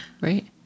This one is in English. right